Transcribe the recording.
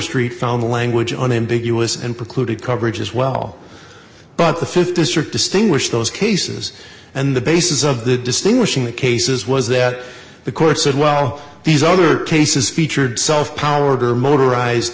overstreet found language on ambiguous and precluded coverage as well but the th district distinguish those cases and the basis of the distinguishing the cases was that the court said well these other cases featured self powered or motorized